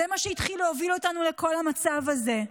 זה מה שהתחיל והביא אותנו לכל המצב הזה,